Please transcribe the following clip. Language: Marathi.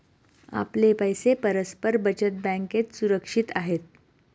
आपले पैसे परस्पर बचत बँकेत सुरक्षित आहेत